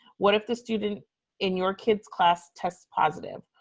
what if the student in your kids' class tested positive?